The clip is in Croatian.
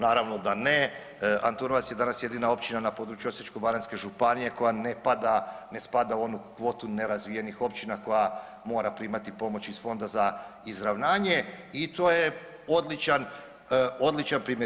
Naravno da ne, Antunovac je danas jedina općina na području Osječko-baranjske županije koja ne spada u onu kvotu nerazvijenih općina koja mora primati pomoć iz Fonda za izravnanje i to je odličan primjer.